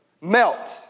melt